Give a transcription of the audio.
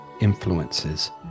influences